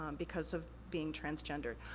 um because of being transgender.